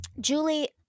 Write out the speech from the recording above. Julie